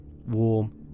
warm